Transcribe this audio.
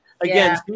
again